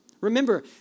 Remember